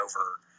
over